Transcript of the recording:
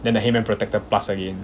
then the heymann protector plus again